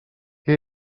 què